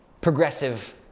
progressive